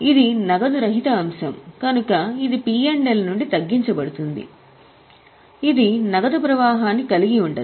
ఇది నగదు రహిత అంశం కనుక ఇది పి ఎల్ నుండి తగ్గించబడింది ఇది నగదు ప్రవాహాన్ని కలిగి ఉండదు